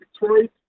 Detroit